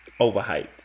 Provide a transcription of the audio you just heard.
overhyped